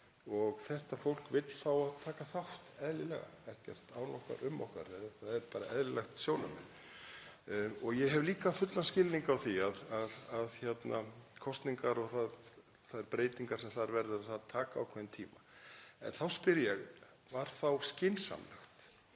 Þetta fólk vill fá að taka þátt, eðlilega. Ekkert án okkar um okkur. Það er bara eðlilegt sjónarmið. Ég hef líka fullan skilning á því að kosningar og þær breytingar sem þar verða, þær taka ákveðinn tíma. En þá spyr ég: Var þá skynsamlegt